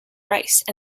rice